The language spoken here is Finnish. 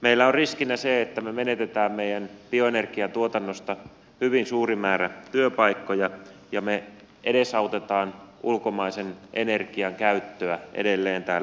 meillä on riskinä se että me menetämme meidän bioenergiantuotannosta hyvin suuren määrän työpaikkoja ja me edesautamme ulkomaisen energian käyttöä edelleen täällä suomessa